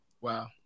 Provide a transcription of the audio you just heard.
Wow